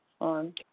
on